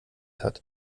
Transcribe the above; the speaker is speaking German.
hat